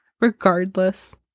regardless